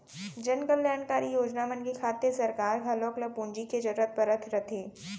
जनकल्यानकारी योजना मन के खातिर सरकार घलौक ल पूंजी के जरूरत पड़त रथे